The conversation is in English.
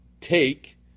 take